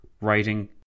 writing